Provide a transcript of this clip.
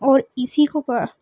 और इसी को बा